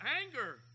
anger